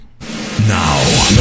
Now